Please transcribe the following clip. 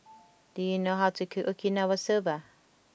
do you know how to cook Okinawa Soba